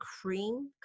cream